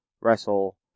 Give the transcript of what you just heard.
wrestle